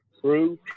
true